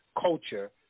culture